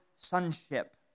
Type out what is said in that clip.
sonship